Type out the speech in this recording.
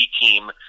team